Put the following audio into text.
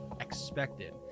expected